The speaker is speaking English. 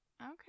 Okay